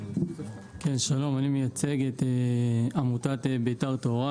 אני מייצג את עמותת ביתר טהורה.